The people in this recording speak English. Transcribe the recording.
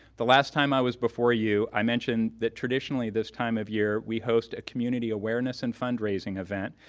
the last time i was before you, i mentioned that traditionally, this time of year, we host a community awareness and fundraising event.